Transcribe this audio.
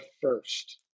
first